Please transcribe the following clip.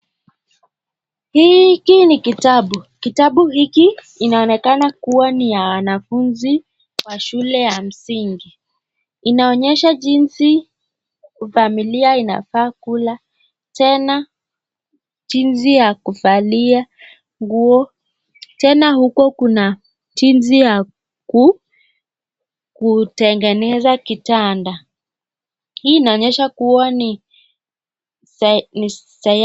Hiki ni kitabu, kitabu hiki inaonekana kuwa ni ya wanafunzi wa shule ya msingi, inaonyesha jinsi ufamilia inafaa kula tena jinsi ya kuvalia nguo tena huko kuna jinsi ya ku, kutengeneza kitanda, hii inaonyesha kuwa ni sa ni sa ...